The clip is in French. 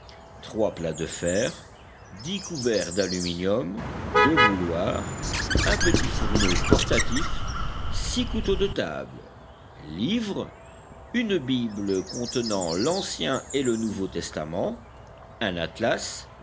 plats de fer couverts d'aluminium bouilloires petit fourneau portatif couteaux de table livres bible contenant l'ancien et le nouveau testament atlas